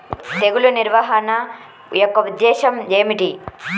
తెగులు నిర్వహణ యొక్క ఉద్దేశం ఏమిటి?